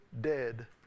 dead